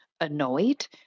annoyed